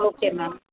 okay ma'am